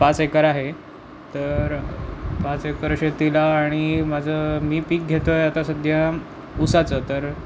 पाच एकर आहे तर पाच एकर शेतीला आणि माझं मी पीक घेतो आहे आता सध्या उसाचं तर